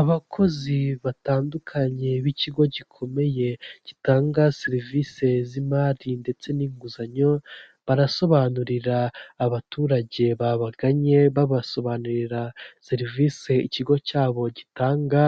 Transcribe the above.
Abakozi batandukanye b'ikigo gikomeye gitanga serivisi z'imari ndetse n'inguzanyo barasobanurira abaturage babaganye babasobanurira serivisi ikigo cyabo gitanga,